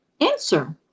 answer